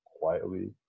quietly